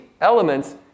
elements